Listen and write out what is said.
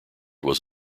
was